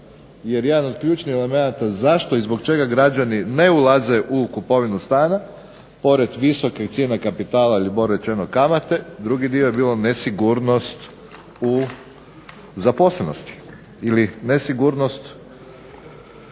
jer jedan od ključnih elemenata zašto i zbog čega građani ne ulaze u kupovinu stana pored visokih cijena kapitala ili bolje rečeno kamate, drugi dio je bilo nesigurnost u zaposlenosti,